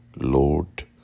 Lord